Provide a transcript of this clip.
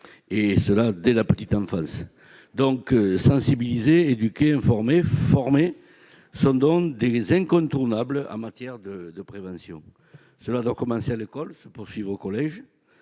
dès la petite enfance. Sensibiliser, éduquer, informer, former est donc incontournable en matière de prévention. Cela doit commencer à l'école, se poursuivre au collège